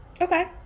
okay